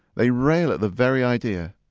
they rail at the very idea.